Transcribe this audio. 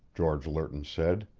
george lerton said.